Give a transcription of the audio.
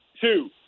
two